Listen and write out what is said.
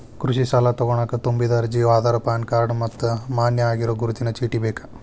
ಕೃಷಿ ಸಾಲಾ ತೊಗೋಣಕ ತುಂಬಿದ ಅರ್ಜಿ ಆಧಾರ್ ಪಾನ್ ಕಾರ್ಡ್ ಮತ್ತ ಮಾನ್ಯ ಆಗಿರೋ ಗುರುತಿನ ಚೇಟಿ ಬೇಕ